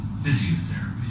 physiotherapy